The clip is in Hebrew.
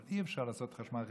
אבל אי-אפשר לעשות חשמל חינם,